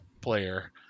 player